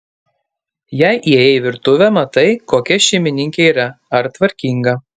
jei įėjai į virtuvę matai kokia šeimininkė yra ar tvarkinga